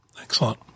Excellent